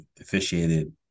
officiated